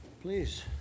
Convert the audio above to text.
Please